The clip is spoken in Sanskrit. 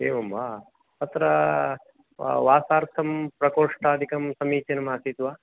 एवं वा अत्र वा वासार्थं प्रकोष्टादिकं समीचीनम् आसीत् वा